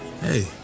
Hey